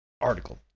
article